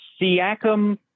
Siakam